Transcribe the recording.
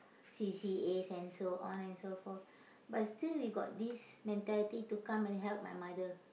C_C_A and so on and so forth but still we got this mentality to come and help my mother